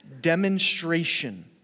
demonstration